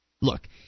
Look